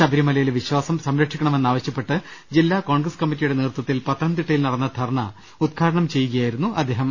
ശബരിമലയിലെ വിശ്വാസം സംരക്ഷിക്കണമെന്നാ വശ്യപ്പെട്ട് ജില്ലാ കോൺഗ്രസ് കമ്മറ്റിയുടെ നേതൃത്വത്തിൽ പത്തനംതിട്ടയിൽ നടന്ന ധർണ്ണ ഉദ്ഘാടനം ചെയ്യുകയാ യിരുന്നു അദ്ദേഹം